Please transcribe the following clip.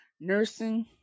nursing